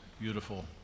beautiful